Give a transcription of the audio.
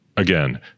Again